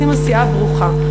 עושים עשייה ברוכה.